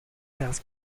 health